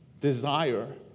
desire